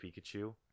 Pikachu